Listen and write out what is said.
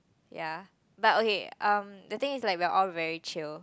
ya but okay um the thing is like we are all very chill